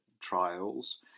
trials